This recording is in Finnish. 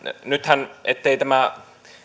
nythän ettei tämä